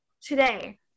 today